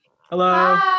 Hello